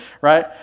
right